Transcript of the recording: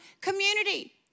community